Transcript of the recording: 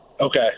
Okay